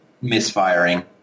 misfiring